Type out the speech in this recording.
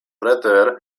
preter